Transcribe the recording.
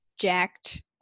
jacked